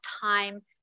time